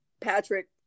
Patrick